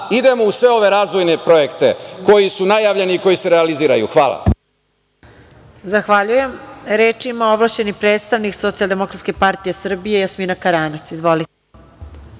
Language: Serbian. idemo u sve ove razvojne projekte, koji su najavljeni i koji se realiziraju. Hvala.